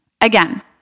Again